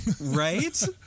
Right